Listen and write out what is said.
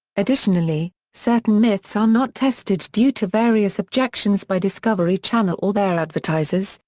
additionally, certain myths are not tested due to various objections by discovery channel or their advertisers,